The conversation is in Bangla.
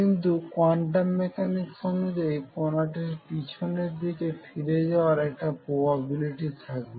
কিন্তু কোয়ান্টাম মেকানিক্স অনুযায়ী কোনটির পিছনের দিকে ফিরে আসার একটা প্রবাবিলিটি থাকবে